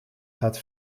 gaat